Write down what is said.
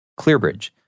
ClearBridge